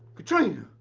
katrina.